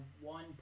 one